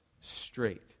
straight